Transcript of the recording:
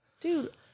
dude